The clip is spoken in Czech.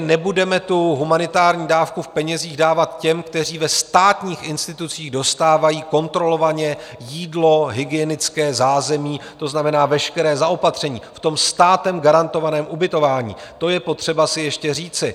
Nebudeme tu humanitární dávku v penězích dávat těm, kteří ve státních institucích dostávají kontrolovaně jídlo, hygienické zázemí, to znamená veškeré zaopatření v tom státem garantovaném ubytování, to je potřeba si ještě říci.